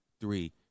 three